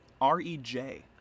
R-E-J